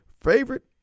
favorite